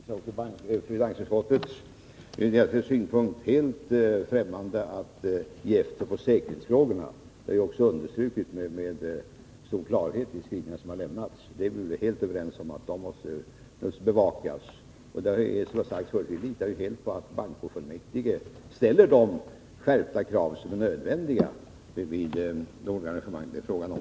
Herr talman! Det vore helt främmande för revisorerna och finansutskottet att ge efter på kraven i säkerhetsfrågorna. Det har också med stor kraft understrukits i de skrivningar som har lämnats. Vi är helt överens om att de måste bevakas. Som jag har sagt förut litar vi i detta sammanhang helt på att bankofullmäktige ställer de skärpta krav som är nödvändiga vid de arrangemang som det är fråga om.